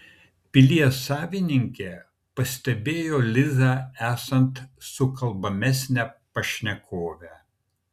pilies savininkė pastebėjo lizą esant sukalbamesnę pašnekovę